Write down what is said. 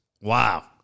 Wow